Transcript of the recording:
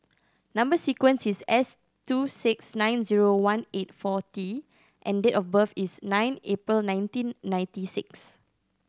number sequence is S two six nine zero one eight four T and date of birth is nine April nineteen ninety six